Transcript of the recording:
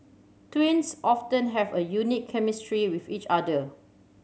twins often have a unique chemistry with each other